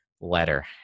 letter